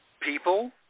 people